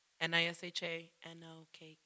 N-I-S-H-A-N-O-K